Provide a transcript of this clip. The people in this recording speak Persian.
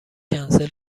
کنسل